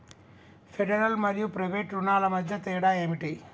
Federal మరియు private రుణాల మధ్య తేడా ఏమిటి?